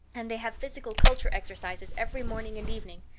and they have physical culture exercises every morning and evening.